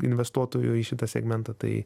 investuotojų į šitą segmentą tai